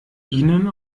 ihnen